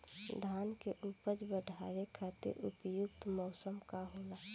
धान के उपज बढ़ावे खातिर उपयुक्त मौसम का होला?